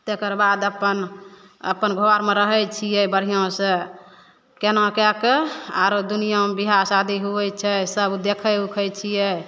तेकरबाद अपन अपन घरमे रहै छियै बढ़िऑं सऽ केना कए कऽ आरो दुनियाँमे विवाह शादी होइ छै सब देखै उखै छियै